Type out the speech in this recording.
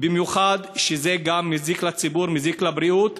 במיוחד שזה מזיק לציבור ומזיק לבריאות.